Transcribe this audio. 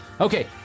Okay